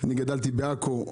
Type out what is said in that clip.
אני גדלתי בעכו.